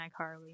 iCarly